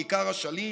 בעיקר השליט,